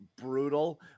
brutal